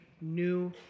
new